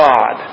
God